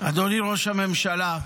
אדוני ראש הממשלה,